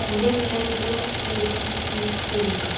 എന്റെ നിലവിലെ location tweet ചെയ്യുക